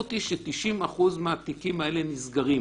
המציאות היא ש-90% מהתיקים האלה נסגרים